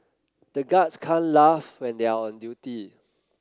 the guards can't laugh when they are on duty